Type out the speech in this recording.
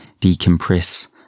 decompress